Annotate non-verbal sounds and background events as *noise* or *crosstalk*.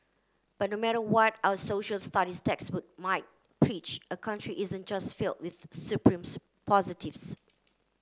but no matter what our Social Studies textbook might preach a country isn't just filled with supreme *unintelligible* positives